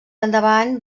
endavant